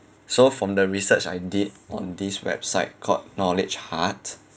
so from the research I did on this website called knowledge heart